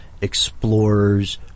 explorers